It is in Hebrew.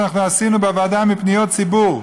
אנחנו עשינו בוועדה לפניות ציבור,